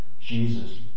Jesus